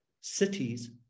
cities